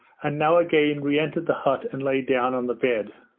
and now again re-entered the hut and lay down on the bed.